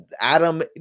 adam